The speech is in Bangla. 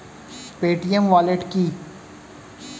পেটিএম ওয়ালেট কি?